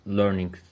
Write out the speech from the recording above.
learning